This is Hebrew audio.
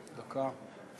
דקה.